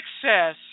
success